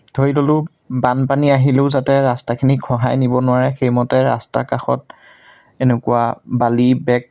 ধৰি ল'লোঁ বানপানী আহিলেও যাতে ৰাস্তাখিনি খহাই নিব নোৱাৰে সেইমতে ৰাস্তাৰ কাষত এনেকুৱা বালি বেগ